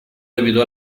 debido